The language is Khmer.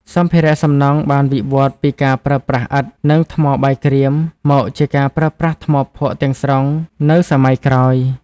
សម្ភារៈសំណង់បានវិវត្តពីការប្រើប្រាស់ឥដ្ឋ និងថ្មបាយក្រៀម មកជាការប្រើប្រាស់ថ្មភក់ទាំងស្រុងនៅសម័យក្រោយ។